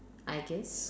I guess